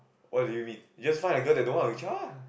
what do you mean you just find a girl that don't want a child ah